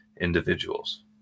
individuals